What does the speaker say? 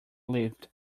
lived